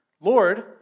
Lord